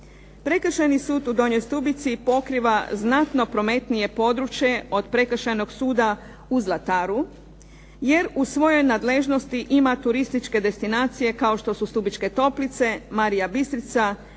Prekršajni sud u Donjoj Stubici pokriva znatno prometnije područje od Prekršajnog suda u Zlataru jer u svojoj nadležnosti ima turističke destinacije kao što su Stubičke toplice, Marija Bistrica,